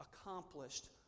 accomplished